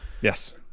Yes